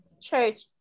church